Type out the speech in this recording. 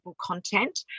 content